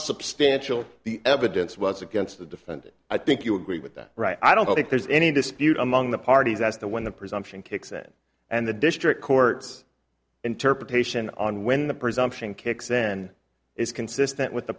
substantial the evidence was against the defendant i think you agree with that right i don't think there's any dispute among the parties as to when the presumption kicks in and the district court's interpretation on when the presumption kicks then is consistent with the